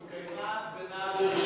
בסך הכול התקיימה הפגנה ברישיון,